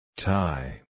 Tie